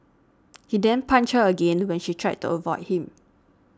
he then punched her again when she tried to avoid him